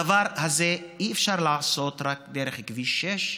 את הדבר הזה אי-אפשר לעשות רק דרך כביש 6,